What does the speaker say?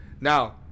Now